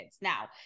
Now